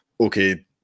okay